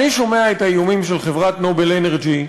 אני שומע את האיומים של חברת "נובל אנרג'י",